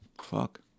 fuck